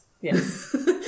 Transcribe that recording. Yes